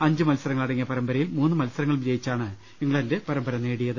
അഞ്ചു മത്സരങ്ങളടങ്ങിയ പരമ്പരയിൽ മൂന്ന് മത്സരങ്ങളും ജയിച്ചാണ് ഇംഗ്ലണ്ട് പരമ്പര നേടിയത്